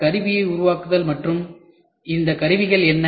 கருவியை உருவாக்குதல் மற்றும் இந்த கருவிகள் என்ன